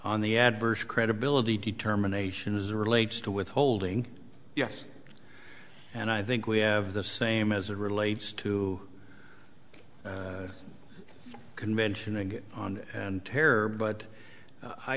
on the adverse credibility determination is a relates to withholding yes and i think we have the same as it relates to convention and on and terror but